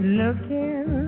looking